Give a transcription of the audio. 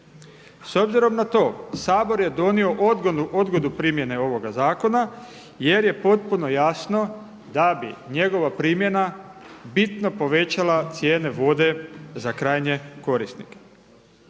S obzirom na to Sabor je donio odgodu primjene ovoga zakona jer je potpuno jasno da bi njegova primjena bitno povećala cijene vode za krajnje korisnike.